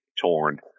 torn